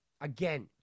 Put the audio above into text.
again